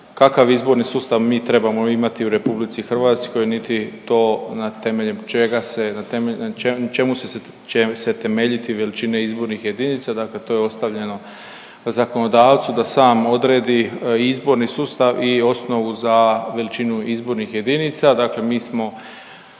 kakav izborni sustav mi trebamo imati u RH niti to na temeljem čega se, na čemu će se temeljiti veličina izbornih jedinica. Dakle, to je ostavljeno zakonodavcu da sam odredi izborni sustav i osnovu za veličinu izbornih jedinica. Dakle, mi smo